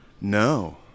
no